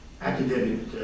academic